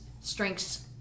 strengths